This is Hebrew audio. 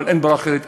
אבל אין ברירה אחרת.